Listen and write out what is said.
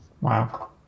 Wow